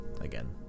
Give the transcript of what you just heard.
Again